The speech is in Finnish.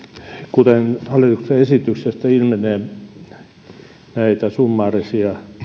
kuten hallituksen esityksestä ilmenee näitä summaarisia